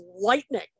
lightning